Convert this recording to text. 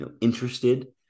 interested